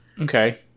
Okay